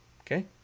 Okay